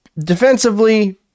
Defensively